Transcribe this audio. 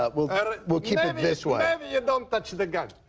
ah we'll kind of we'll keep it this way. maybe you don't touch the gun.